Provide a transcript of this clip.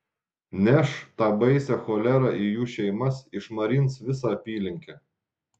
neš tą baisią cholerą į jų šeimas išmarins visą apylinkę